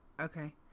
Okay